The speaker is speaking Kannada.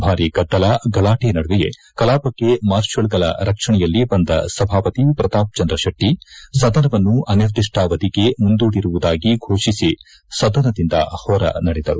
ಭಾರೀ ಗದ್ದಲ ಗಲಾಟಿ ನಡುವೆಯೇ ಕಲಾಪಕ್ಕ ಮಾರ್ಷಲ್ಗಳ ರಕ್ಷಣೆಯಲ್ಲಿ ಬಂದ ಸಭಾಪತಿ ಪ್ರತಾಪ್ಚಂದ್ರ ಶೆಟ್ಟಿ ಸದನವನ್ನು ಅನಿರ್ದಿಷ್ಟಾವಧಿಗೆ ಮುಂದೂಡಿರುವುದಾಗಿ ಘೋಷಿಸಿ ಸದನದಿಂದ ಹೊರ ನಡೆದರು